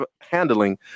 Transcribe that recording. handling